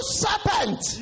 serpent